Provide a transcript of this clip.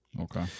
Okay